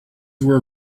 were